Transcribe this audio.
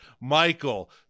Michael